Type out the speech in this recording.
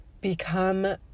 become